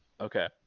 Okay